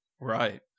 Right